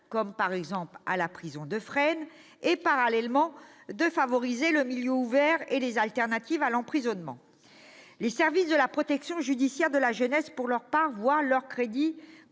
maximale, comme à Fresnes, et, parallèlement, de favoriser le milieu ouvert et les alternatives à l'emprisonnement. Les services de la protection judiciaire de la jeunesse, pour leur part, voient leurs crédits